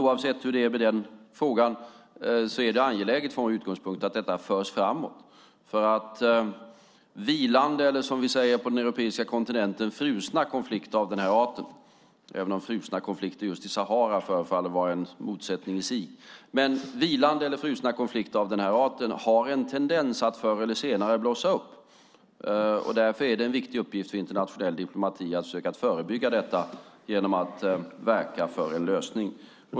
Oavsett hur det är med den frågan är det från vår utgångspunkt angeläget att detta förs framåt. Vilande eller, som vi säger på den europeiska kontinenten, frusna konflikter av denna art - även om frusna konflikter just i Sahara förefaller vara en motsättning i sig - har en tendens att förr eller senare blossa upp. Därför är det en viktig uppgift i internationell diplomati att försöka förebygga detta genom att verka för en lösning.